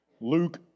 Luke